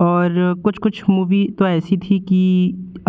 और कुछ कुछ मूवी तो ऐसी थी कि